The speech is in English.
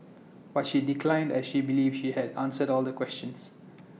but she declined as she believes she had answered all the questions